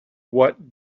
what